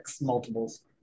multiples